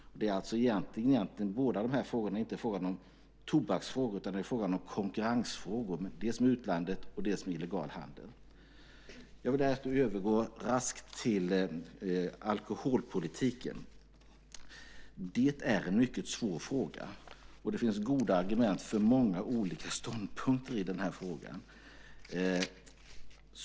Båda dessa frågor är alltså egentligen inte tobaksfrågor utan konkurrensfrågor, dels konkurrens med utlandet, dels konkurrens med illegal handel. Jag vill därefter raskt övergå till alkoholpolitiken. Det är en mycket svår fråga där det finns goda argument för många olika ståndpunkter.